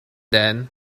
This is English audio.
then